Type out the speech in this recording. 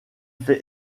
fait